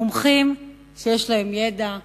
מומחים שיש להם ידע וניסיון.